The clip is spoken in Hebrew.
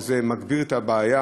וזה מגביר את הבעיה